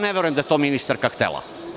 Ne verujem da je to ministarka htela.